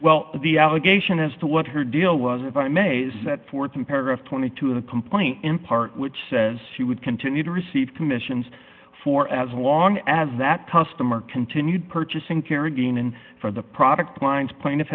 well the allegation as to what her deal was if i may set forth in paragraph twenty two of the complaint in part which says she would continue to receive commissions for as long as that customer continued purchasing care again and for the product lines pla